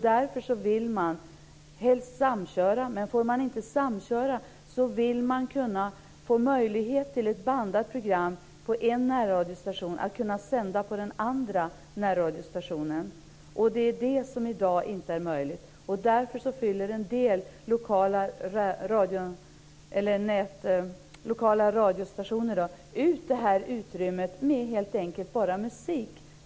Därför vill man helst samköra, men får man inte samköra så vill man kunna få möjlighet att sända ett bandat program från en närradiostation på en annan närradiostation. Det är det som inte är möjligt i dag, och därför fyller en del lokala radiostationer helt enkelt ut utrymmet med bara musik.